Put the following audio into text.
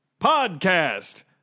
podcast